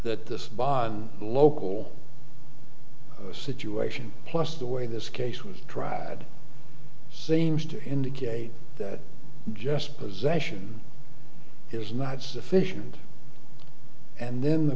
that this bond local situation plus the way this case was tried seems to indicate that just possession is not sufficient and then the